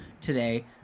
today